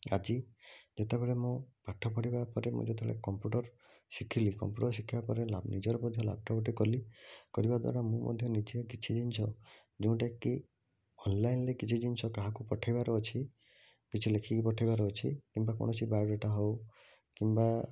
ଆଜି ଯେତେବେଳେ ମୁଁ ପାଠ ପଢ଼ିବାପରେ ମୁଁ ଯେତେବେଳେ କମ୍ପୁଟର ଶିଖିଲି କମ୍ପୁଟର ଶିଖିବା ପରେ ଲ୍ୟାପ୍ ନିଜର ମଧ୍ୟ ଲାପଟପ ଟେ କଲି କରିବାଦ୍ୱାରା ମୁଁ ମଧ୍ୟ ନିଜେ କିଛି ଜିନିଷ ଯେଉଁଟା କି ଅନଲାଇନରେ କିଛି ଜିନିଷ କାହାକୁ ପଠାଇବାରେ ଅଛି କିଛି ଲେଖିକି ପଠାଇବାରେ ଅଛି କିମ୍ବା କୌଣସି ବାୟୋଡ଼ାଟା ହେଉ କିମ୍ବା